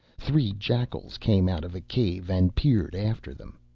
three jackals came out of a cave and peered after them.